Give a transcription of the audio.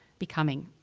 becoming.